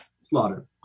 slaughter